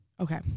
Okay